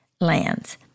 lands